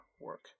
work